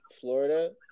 Florida